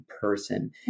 person